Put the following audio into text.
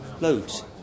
Loads